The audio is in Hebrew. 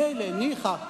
מילא, ניחא,